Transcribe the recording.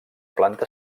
planta